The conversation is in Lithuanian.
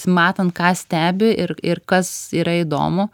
matant ką stebi ir ir kas yra įdomu